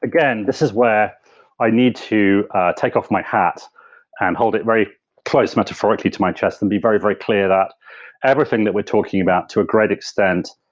again this is where i need to take off my hat and hold it very close much authority to my chest and be very, very clear that everything that we're talking about to a great extent,